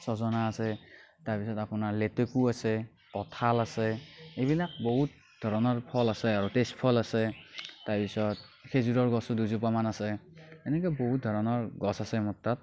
ছজনা আছে তাৰ পিছত আপোনাৰ লেতেকু আছে কঁঠাল এইবিলাক বহুত ধৰণৰ ফল আছে আৰু তেজ ফল আছে তাৰ পিছত খেজুৰৰ গছো দুজোপামান আছে এনেকৈ বহুত ধৰণৰ গছ আছে মোৰ তাত